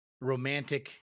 romantic